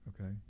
okay